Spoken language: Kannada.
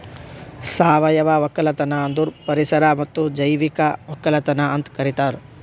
ಸಾವಯವ ಒಕ್ಕಲತನ ಅಂದುರ್ ಪರಿಸರ ಮತ್ತ್ ಜೈವಿಕ ಒಕ್ಕಲತನ ಅಂತ್ ಕರಿತಾರ್